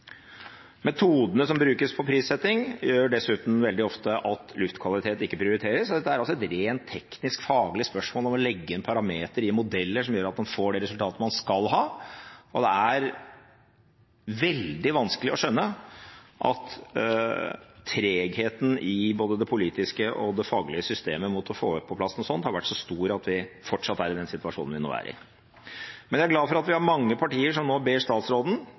Metodene som brukes for prissetting, gjør dessuten veldig ofte at luftkvalitet ikke prioriteres, og dette er et rent teknisk-faglig spørsmål om å legge inn parametere i modeller som gjør at man får det resultatet man skal ha, og det er veldig vanskelig å skjønne at tregheten i både det politiske og det faglige systemet mot å få på plass noe sånt har vært så stor at vi fortsatt er i den situasjonen vi nå er i. Men jeg er glad for at det er mange partier som nå ber statsråden